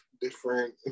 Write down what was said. different